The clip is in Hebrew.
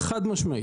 חד משמעית.